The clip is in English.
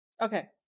Okay